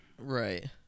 right